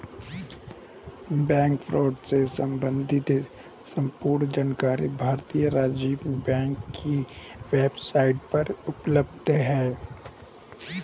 bank fraud से सम्बंधित संपूर्ण जानकारी भारतीय रिज़र्व बैंक की वेब साईट पर उपलब्ध है